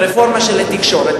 ברפורמה של התקשורת.